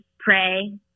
Pray